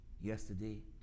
yesterday